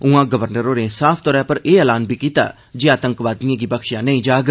उआं गवर्नर होरें साफ तौर पर एह् ऐलान बी कीता ते आतंकवादिएं गी बख्शेया नेई जाग